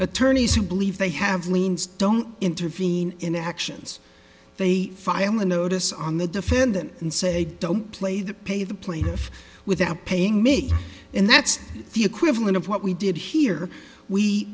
attorneys who believe they have liens don't intervene in actions they file a notice on the defendant and say don't play the pay of the plaintiff without paying me and that's the equivalent of what we did here we